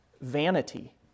vanity